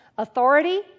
Authority